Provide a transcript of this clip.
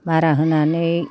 मारा होनानै